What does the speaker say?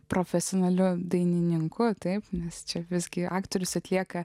profesionaliu dainininku taip nes čia visgi aktorius atlieka